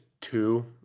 two